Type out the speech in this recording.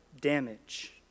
damage